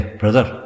brother